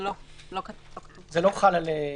זה לא חל על ---.